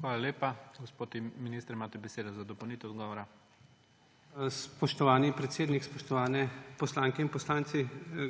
Hvala lepa. Gospod minister, imate besedo za dopolnitev odgovora. JANEZ POKLUKAR: Spoštovani predsednik, spoštovani poslanke in poslanci!